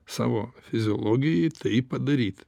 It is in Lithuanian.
savo fiziologijai tai padaryt